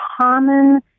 common